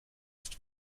ist